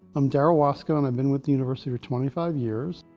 i'm darryl wascow. and i've been with the university twenty five years.